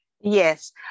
Yes